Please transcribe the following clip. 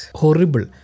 horrible